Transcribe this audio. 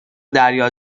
دریا